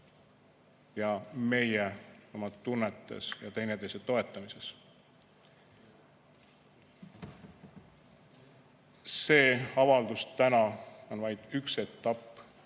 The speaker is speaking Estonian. ja meie oma tunnetes ja teineteise toetamises. Tänane avaldus on vaid üks etapp,